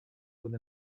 with